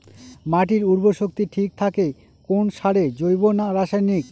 মাটির উর্বর শক্তি ঠিক থাকে কোন সারে জৈব না রাসায়নিক?